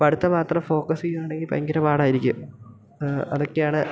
പഠിത്തം മാത്രം ഫോക്കസ് ചെയ്യുകയാണെങ്കിൽ ഭയങ്കര പാടായിരിക്കും അതൊക്കെയാണ്